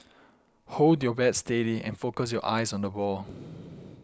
hold your bat steady and focus your eyes on the ball